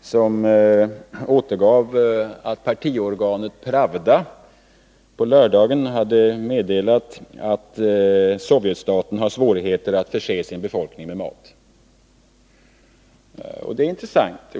som angav att partiorganet Pravda på lördagen hade meddelat att Sovjetstaten har svårigheter att förse befolkningen med mat. Det är intressant.